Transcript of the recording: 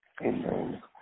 Amen